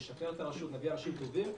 נשפר את הרשות ונביא אנשים טובים,